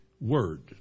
Word